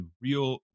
real